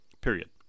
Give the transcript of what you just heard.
period